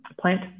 plant